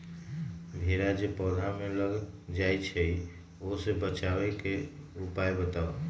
भेरा जे पौधा में लग जाइछई ओ से बचाबे के उपाय बताऊँ?